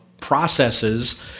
Processes